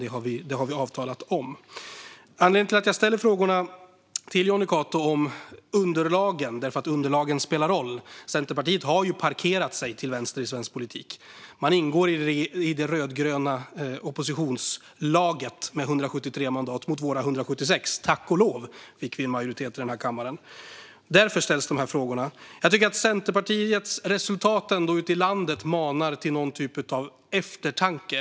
Det har vi avtalat om. Anledningen till att jag ställde frågorna till Jonny Cato om underlagen är att underlagen spelar roll. Centerpartiet har ju parkerat sig till vänster i svensk politik. Man ingår i det rödgröna oppositionslaget med 173 mandat mot våra 176 - tack och lov fick vi majoritet i kammaren! Därför ställs de frågorna. Centerpartiets resultat ute i landet manar ändå till någon typ av eftertanke.